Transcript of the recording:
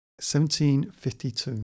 1752